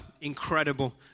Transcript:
incredible